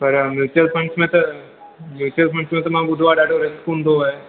पर mutual funds में त म्यूचुअल फंड्स में त मां ॿुधो ॾाढो रिस्क हूंदो आहे